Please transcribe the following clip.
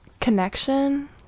connection